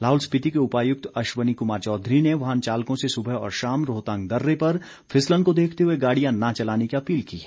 लाहौल स्पीति के उपायुक्त अश्वनी कुमार चौधरी ने वाहन चालकों से सुबह और शाम रोहतांग दर्रे पर फिसलन को देखते हुए गाड़ियां न चलाने की अपील की है